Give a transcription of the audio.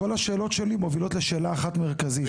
כל השאלות שלי מובילות לשאלה אחת מרכזית,